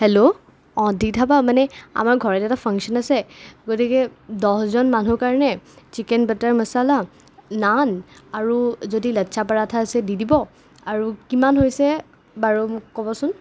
hello দীধা বা মানে আমাৰ ঘৰত এটা ফাংচন আছে গতিকে দহজন মানুহৰ কাৰণে চিকেন বাটাৰ মছালা নান আৰু যদি লচ্ছা পৰাঠা আছে দি দিব আৰু কিমান হৈছে বাৰু মোক ক'বছোন